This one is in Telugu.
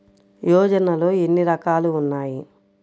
యోజనలో ఏన్ని రకాలు ఉన్నాయి?